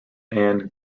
ann